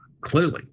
clearly